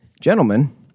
gentlemen